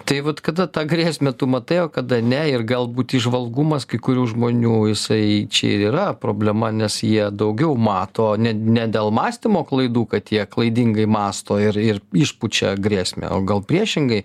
tai vat kada tą grėsmę tu matai o kada ne ir galbūt įžvalgumas kai kurių žmonių jisai čia ir yra problema nes jie daugiau mato ne ne dėl mąstymo klaidų kad jie klaidingai mąsto ir ir išpučia grėsmę o gal priešingai